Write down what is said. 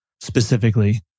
specifically